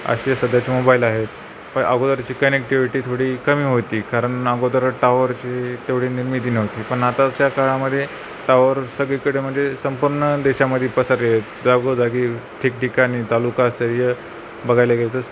असे सध्याच्या मोबाईल आहेत पण अगोदरची कनेक्टिविटी थोडी कमी होती कारण अगोदर टावरची तेवढी निर्मिती नव्हती पण आताच्या काळामध्ये टावर सगळीकडे म्हणजे संपूर्ण देशामध्ये पसरलेले आहेत जागोजागी ठिकठिकाणी तालुकास्तरीय बघायला गेलं तर